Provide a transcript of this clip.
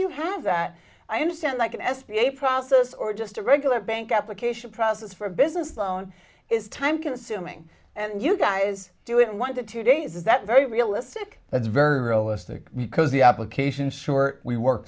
you have that i understand like an s b a process or just a regular bank application process for a business loan time consuming and you guys do it in one to two days is that very realistic that's very realistic because the applications sure we work